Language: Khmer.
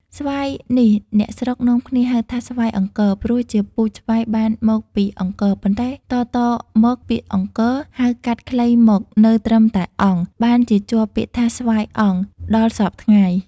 ស្វាយនេះ អ្នកស្រុកនាំគ្នាហៅថា "ស្វាយអង្គរ" ព្រោះជាពូជស្វាយបានមកពីអង្គរ ប៉ុន្តែតៗ មក ពាក្យ "អង្គរ" ហៅកាត់ខ្លីមកនៅត្រឹមតែ "អង្គ" បានជាជាប់ពាក្យថា : "ស្វាយអង្គ" ដល់សព្វថ្ងៃ ។